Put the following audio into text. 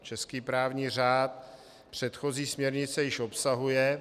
Český právní řád předchozí směrnice již obsahuje.